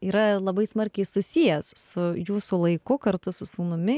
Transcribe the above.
yra labai smarkiai susijęs su jūsų laiku kartu su sūnumi